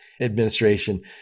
administration